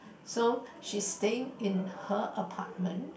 so she's staying in her apartment